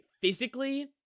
physically